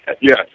Yes